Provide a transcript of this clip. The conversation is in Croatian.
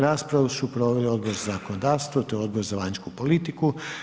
Raspravu su proveli Odbor za zakonodavstvo, te Odbor za vanjsku politiku.